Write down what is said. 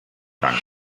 dank